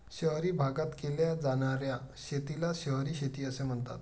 शहरी भागात केल्या जाणार्या शेतीला शहरी शेती असे म्हणतात